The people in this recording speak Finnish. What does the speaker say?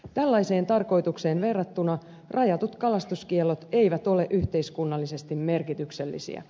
tällaiseen tarkoitukseen verrattuna rajatut kalastuskiellot eivät ole yhteiskunnallisesti merkityksellisiä